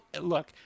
look